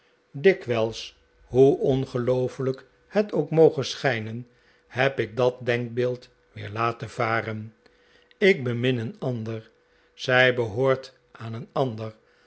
dikwijlw hoe ongeloofelijk het ook moge schijnen heb ik dat denkbeeld weer laten varen ik bemin een ander zij behoort aan een ander